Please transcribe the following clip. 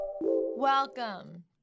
Welcome